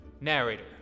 narrator